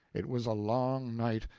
it was a long night,